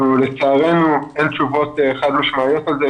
לצערנו אין תשובות חד משמעיות על זה.